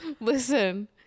Listen